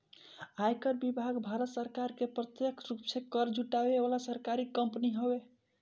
आयकर विभाग भारत सरकार के प्रत्यक्ष रूप से कर जुटावे वाला सरकारी कंपनी हवे